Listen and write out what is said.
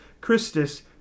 Christus